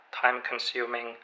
time-consuming